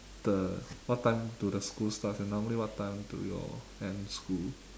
the what time do the school starts and normally what time do you all end school